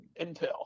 intel